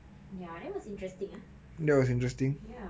ya that was interesting ah ya